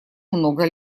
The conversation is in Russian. много